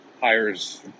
hires